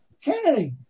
Kennedy